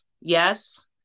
Yes